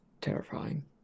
Terrifying